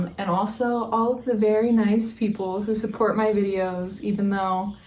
and also all of the very nice people who support my videos, even though